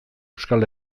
euskal